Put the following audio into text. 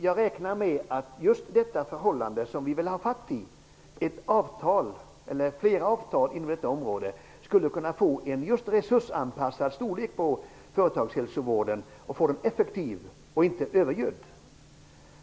Jag räknar med att den situation vi vill ha med ett eller flera avtal skulle resultera i en resursanpassad storlek på företagshälsovården och därmed få den effektiv i stället för övergödd.